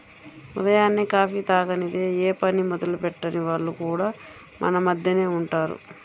ఉదయాన్నే కాఫీ తాగనిదె యే పని మొదలెట్టని వాళ్లు కూడా మన మద్దెనే ఉంటారు